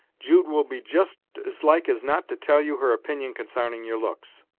jude will be just as like as not to tell you her opinion consarning your looks.